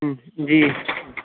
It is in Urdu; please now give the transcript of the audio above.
جی